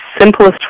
simplest